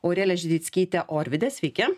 aurelija ždickytė orvidė sveiki